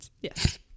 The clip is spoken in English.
Yes